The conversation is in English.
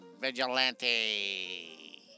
Vigilante